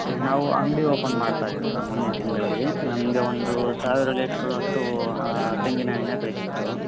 ನಾವು ಅಂಗಡಿ ಓಪನ್ ಮಾಡ್ತಾ ಇದ್ದೀವಿ ಸರ್ ಮುಂದಿನ ತಿಂಗಳಲ್ಲಿ ನಮಗೆ ಒಂದು ಸಾವಿರ ಲೀಟರ್ನಷ್ಟು ತೆಂಗಿನ ಎಣ್ಣೆ ಬೇಕಿತ್ತು